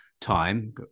time